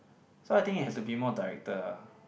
so I think there has to be more director